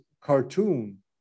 cartoon